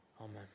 Amen